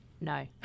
no